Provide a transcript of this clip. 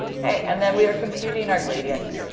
okay. and then we are computing our gradient.